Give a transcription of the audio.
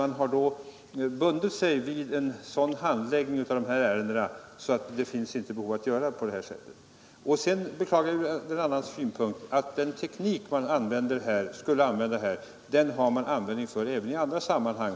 Man har då bundit sig vid en sådan handläggning att behov av att göra på detta sätt inte längre finns. Jag beklagar också en annan sak. Det hade varit intressant att få pröva den teknik som man hade tänkt använda här även i andra sammanhang.